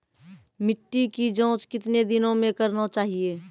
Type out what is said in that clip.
मिट्टी की जाँच कितने दिनों मे करना चाहिए?